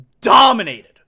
Dominated